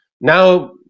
Now